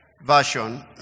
Version